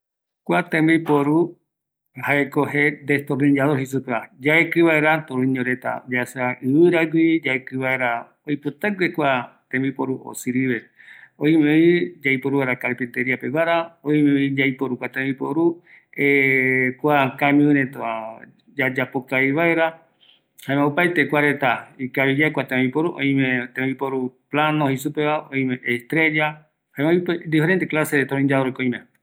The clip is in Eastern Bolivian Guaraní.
Kua tembiporu jaeko opaete guinoïva, öime ipeva, jare estrella jei supeva, kua yaekɨ vaera tornillo oipotaguegui, ɨvɨra gui, jare oiporuvi camion iyareta, kua tembiporu opaete pegua ikavi